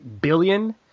billion